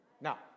Now